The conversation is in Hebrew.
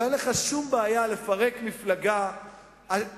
אבל אין לך שום בעיה לפרק מפלגה שהיתה